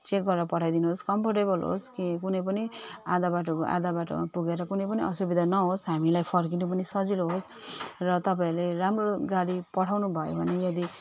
check गरेर पठाइदिनुहोस् comfortable होस् कि कुनै पनि आधा बाटोको आधा बाटोमा पुगेर कुनै पनि असुविधा नहोस् हामीलाई फर्किनु पनि सजिलो होस् र तपाईँहरूले राम्रो गाडी पठाउनु भयो भने यदि